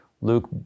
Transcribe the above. luke